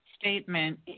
statement